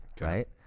Right